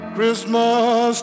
Christmas